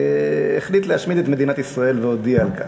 החליט להשמיד את מדינת ישראל והודיע על כך.